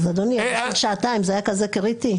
אדוני, בשביל שעתיים זה היה כזה קריטי?